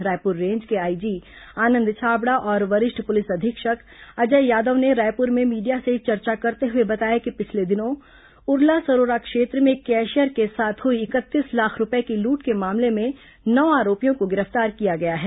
Raipur range के IG Anand Chhabra और वरिष्ठ पुलिस अधीक्षक अजय यादव ने रायपुर में मीडिया से चर्चा करते हुए बताया कि पिछले दिनों उरला सरोरा क्षेत्र में एक कैशियर के साथ हुई इकतीस लाख रूपये की लूट के मामले में नौ आरोपियों को गिरफ्तार किया गया है